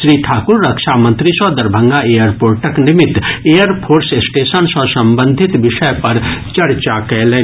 श्री ठाकुर रक्षा मंत्री सँ दरभंगा एयरपोर्टक निमित एयरफोर्स स्टेशन सँ संबंधित विषय पर चर्चा कयलनि